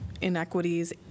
inequities